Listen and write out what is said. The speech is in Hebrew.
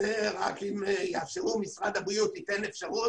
זה רק אם משרד הבריאות ייתן אפשרות.